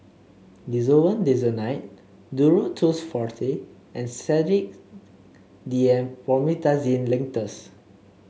Desowen Desonide Duro Tuss Forte and Sedilix D M Promethazine Linctus